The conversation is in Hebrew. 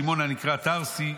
שמעון הנקרא תרסי.